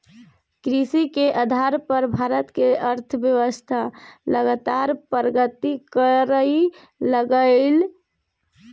कृषि के आधार पर भारत के अर्थव्यवस्था लगातार प्रगति करइ लागलइ